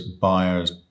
buyers